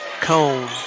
Cone